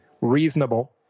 reasonable